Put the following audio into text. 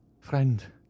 friend